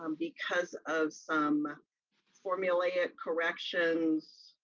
um because of some formulaic corrections,